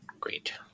Great